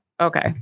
Okay